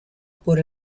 por